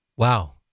Wow